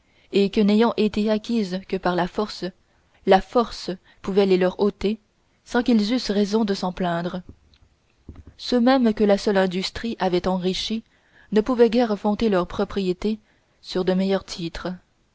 et que n'ayant été acquises que par la force la force pouvait les leur ôter sans qu'ils eussent raison de s'en plaindre ceux mêmes que la seule industrie avait enrichis ne pouvaient guère fonder leur propriété sur de meilleurs titres